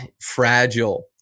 fragile